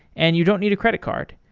and you don't need a credit card.